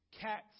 cats